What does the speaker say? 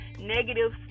negative